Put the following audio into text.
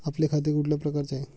आपले खाते कुठल्या प्रकारचे आहे?